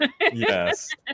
Yes